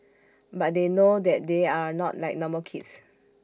but they know that they are not like normal kids